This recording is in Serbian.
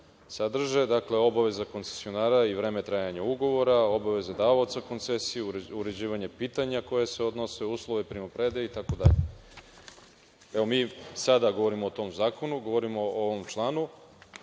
sadrži. Dakle, obaveza koncesionara i vreme trajanja ugovora, obaveza davaoca koncesije, uređivanje pitanja koja se odnose, uslovi primopredaje itd. Evo, mi sada govorimo o tom zakonu, govorimo o ovom članu,